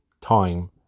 time